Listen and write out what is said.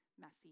messy